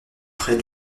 près